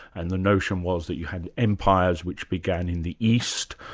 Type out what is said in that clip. and the notion was that you had empires which began in the east,